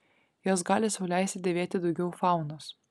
jos gali sau leisti dėvėti daugiau faunos